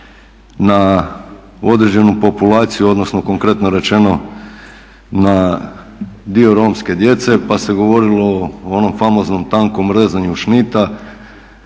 na određenu populaciju, odnosno konkretno rečeno na dio Romske djece, pa se govorilo o onom famoznom tankom rezanju šnjita.